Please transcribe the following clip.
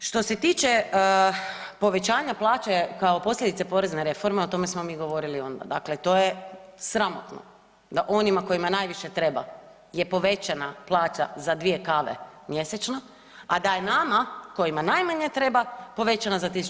Što se tiče povećanja plaća kao posljedice porezne reforme, o tome smo mi govorili onda, dakle to je sramotno da onima kojima najviše treba je povećana plaća za dvije kave mjesečno, a da je nama kojima najmanje treba povećana za 1.000 kuna.